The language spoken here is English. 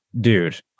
dude